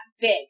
big